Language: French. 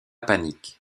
panique